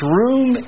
room